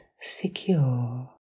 secure